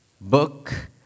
book